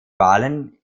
wahlen